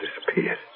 disappeared